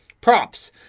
Props